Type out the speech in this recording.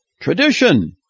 Tradition